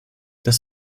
das